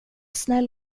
snäll